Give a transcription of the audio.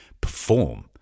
perform